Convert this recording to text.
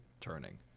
turning